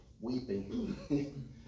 weeping